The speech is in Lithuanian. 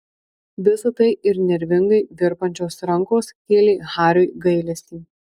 visa tai ir nervingai virpančios rankos kėlė hariui gailestį